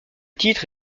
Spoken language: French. titre